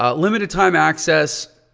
ah limited time access.